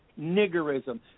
niggerism